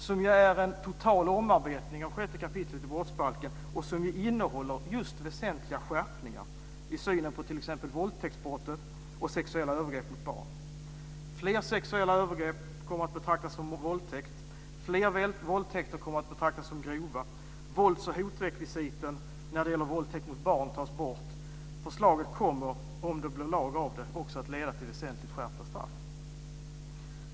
Där föreslås en total omarbetning av sjätte kapitlet i brottsbalken med väsentliga skärpningar i synen på våldtäktsbrottet och sexuella övergrepp mot barn. Fler sexuella övergrepp kommer att betraktas som våldtäkt, fler våldtäkter kommer att betraktas som grova, våldsoch hotrekvisiten när det gäller våldtäkt på barn tas bort. Förslaget kommer - om det blir lag av det - att leda till väsentligt skärpta straff.